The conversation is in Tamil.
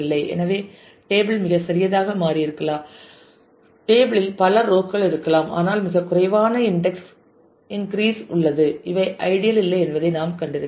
எனவே டேபிள் மிகச் சிறியதாக மாறியிருக்கலாம் டேபிள் இல் பல ரோ கள் இருக்கும் ஆனால் மிகக் குறைவான இன்டெக்ஸ் இன்க்ரீஸ் உள்ளது இவை ஐடியல் இல்லை என்பதை நாம் கண்டிருக்கிறோம்